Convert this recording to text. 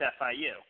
FIU